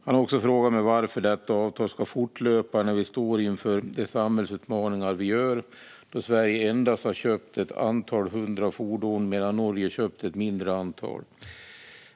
Han har också frågat varför detta avtal ska fortlöpa när vi står inför de samhällsutmaningar vi gör, då Sverige endast har köpt ett antal hundra fordon medan Norge har köpt ett mindre antal.